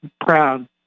proud